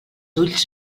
ulls